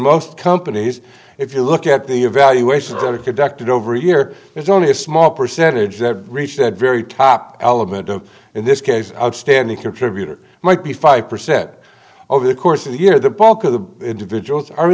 most companies if you look at the evaluations that are conducted over a year there's only a small percentage that reach that very top element in this case outstanding contributor might be five percent over the course of the year the bulk of the individuals are